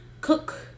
cook